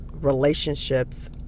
relationships